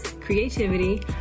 creativity